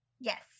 Yes